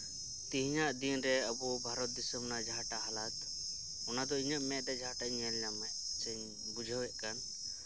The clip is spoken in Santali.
ᱛᱮᱦᱮᱧᱟᱜ ᱫᱤᱱᱨᱮ ᱟᱵᱚ ᱵᱷᱟᱨᱚᱛ ᱫᱤᱥᱚᱢ ᱨᱮᱭᱟᱜ ᱡᱟᱦᱟᱸᱴᱟᱜ ᱦᱟᱞᱚᱛ ᱚᱱᱟᱫᱚ ᱤᱧᱟᱹᱜ ᱢᱮᱫ ᱛᱮ ᱡᱟᱦᱟᱸᱴᱟᱜ ᱤᱧ ᱧᱮᱞ ᱧᱟᱢᱮᱫ ᱥᱮᱧ ᱵᱩᱡᱷᱟᱹᱣᱮᱫ ᱠᱟᱱ